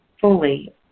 fully